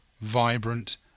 vibrant